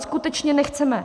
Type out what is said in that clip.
Skutečně nechceme.